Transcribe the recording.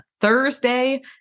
Thursday